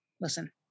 listen